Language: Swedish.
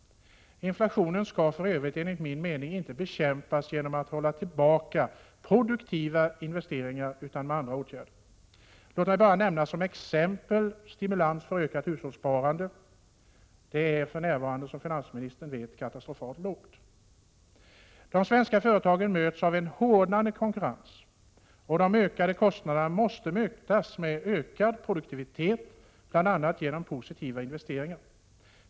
Inflationen skall för övrigt enligt min mening inte bekämpas genom att produktiva investeringar hålls tillbaka, utan med andra åtgärder. Låt mig bara som exempel nämna stimulans för ökat hushållssparande. Det är för närvarande, som finansministern vet, katastrofalt lågt. De svenska företagen möts av en hårdnande konkurrens, och de ökade kostnaderna måste mötas med ökad produktivitet, bl.a. genom positiva investeringar.